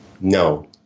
No